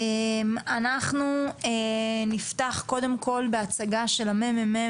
אנחנו נפתח קודם כל בהצגה של הממ"מ,